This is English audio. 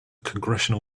congressional